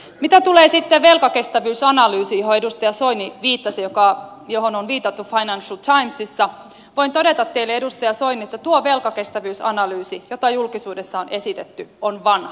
mitä tulee sitten velkakestävyysanalyysiin johon edustaja soini viittasi ja johon on viitattu financial timesissa voin todeta teille edustaja soini että tuo velkakestävyysanalyysi jota julkisuudessa on esitetty on vanha